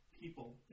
people